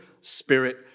spirit